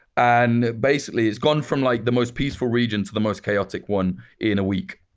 and basically, it's gone from like the most peaceful region to the most chaotic one in a week.